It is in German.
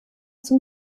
zum